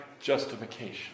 justification